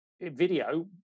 video